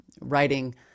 writing